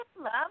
love